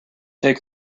take